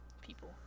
people